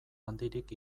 handirik